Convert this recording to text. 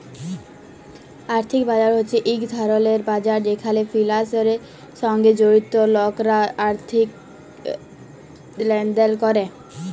আর্থিক বাজার হছে ইক ধরলের বাজার যেখালে ফিলালসের সঙ্গে জড়িত লকরা আথ্থিক লেলদেল ক্যরে